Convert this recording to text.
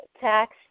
tax